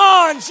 on